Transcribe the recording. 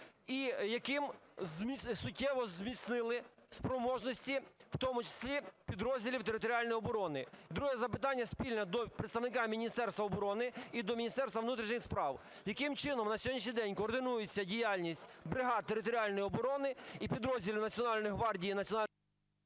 яким суттєво зміцнили спроможності, в тому числі підрозділів територіальної оборони. Друге запитання спільне до представника Міністерства оборони і до Міністерства внутрішніх справ. Яким чином на сьогоднішній день координується діяльність бригад територіальної оборони і підрозділів Національної гвардії,